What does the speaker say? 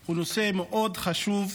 היא נושא מאוד חשוב,